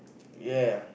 ya